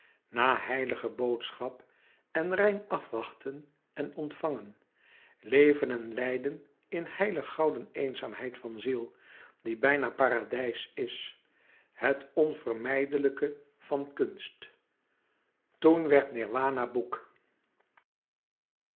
na heilige boodschap en rein afwachten en ontvangen leven en lijden in heilig gouden eenzaamheid van ziel die bijna paradijs is het onvermijdelijke van kunst toen werd nirwana boek